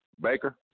Baker